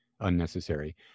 unnecessary